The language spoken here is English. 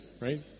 right